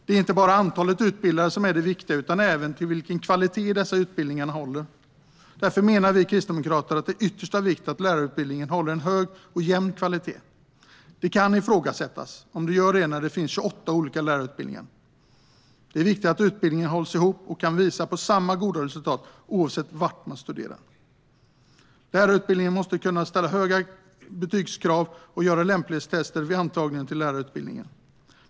Det är inte bara antalet utbildade som är det viktiga, utan även vilken kvalitet dessa utbildningar håller. Därför menar vi kristdemokrater att det är av yttersta vikt att lärarutbildningen håller en hög och jämn kvalitet. Det kan ifrågasättas om den gör det när det finns 28 olika lärarutbildningar. Det är viktigt att utbildningen hålls ihop och kan visa på samma goda resultat oavsett var man studerar. Man måste kunna ställa höga betygskrav och göra lämplighetstester vid antagningen till lärarutbildningen.